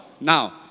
Now